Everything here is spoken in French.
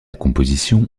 composition